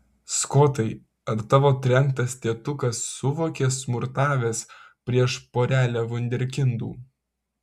skotai ar tavo trenktas tėtukas suvokė smurtavęs prieš porelę vunderkindų